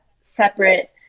separate